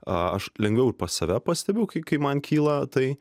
aš lengviau save pastebiu kai kai man kyla tai